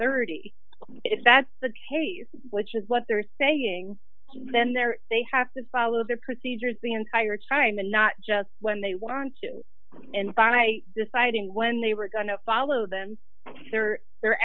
thirty if that's the case which is what they're saying then they're they have to follow their procedures the entire time and not just when they want to and by deciding when they were going to follow them or they're